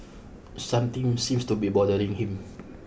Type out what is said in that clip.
something seems to be bothering him